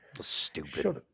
Stupid